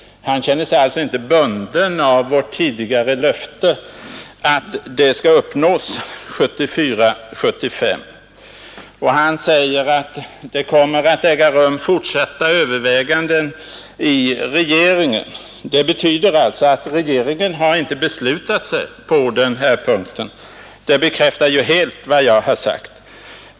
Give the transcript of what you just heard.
Han känner sig alltså inte bunden av vårt tidigare löfte att det skall uppnås 1974/75. Han sade också att fortsatta överväganden kommer att äga rum inom regeringen. Det betyder alltså att regeringen inte har beslutat sig på denna punkt. Det bekräftar helt vad jag har sagt.